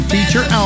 Feature